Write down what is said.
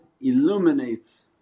illuminates